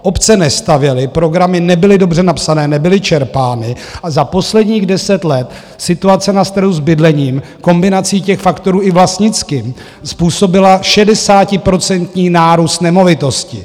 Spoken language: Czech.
Obce nestavěly, programy nebyly dobře napsané, nebyly čerpány a za posledních deset let situace na trhu s bydlením, kombinací těch faktorů i vlastnickém, způsobila šedesátiprocentní nárůst cen nemovitostí.